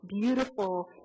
beautiful